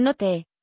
Note